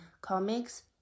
comics